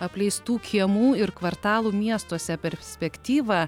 apleistų kiemų ir kvartalų miestuose perspektyvą